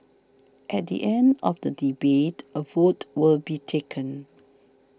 at the end of the debate a vote will be taken